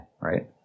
right